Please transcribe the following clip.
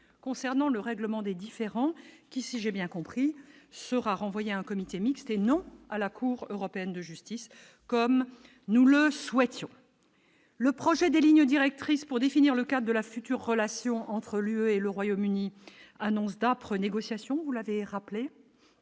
concernant le règlement des différends qui, si j'ai bien compris sera renvoyé à un comité mixte et non à la Cour européenne de justice comme nous le souhaitions, le projet des lignes directrices pour définir le cap de la future relation entre l'UE et le Royaume-Uni annonce d'âpres négociations, vous l'avez rappelé.